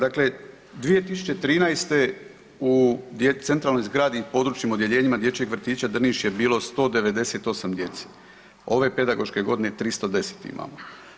Dakle, 2013. u centralnoj zgradi i područnim odjeljenjima Dječjeg vrtića Drniš je bilo 198 djece, ove pedagoške godine 310 imamo.